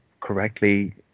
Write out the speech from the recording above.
correctly